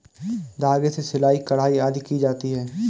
धागे से सिलाई, कढ़ाई आदि की जाती है